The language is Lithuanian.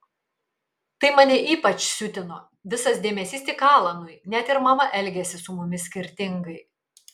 tai mane ypač siutino visas dėmesys tik alanui net ir mama elgėsi su mumis skirtingai